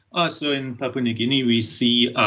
ah so in papua new guinea we see